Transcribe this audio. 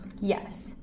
Yes